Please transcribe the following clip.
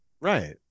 right